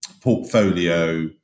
portfolio